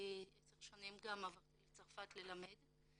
כי עשר שנים גם עברתי לצרפת ללמד,